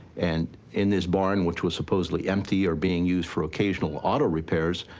and in this barn which was supposedly empty are being used for occasional auto repairs,